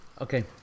okay